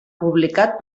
publicat